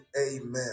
amen